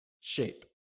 shape